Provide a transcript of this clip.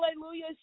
Hallelujah